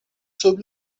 sub